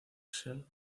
shell